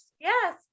yes